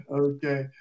Okay